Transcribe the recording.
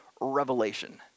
Revelation